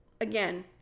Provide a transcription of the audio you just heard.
Again